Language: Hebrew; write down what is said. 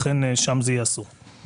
לכן, שם זה יהיה אסור.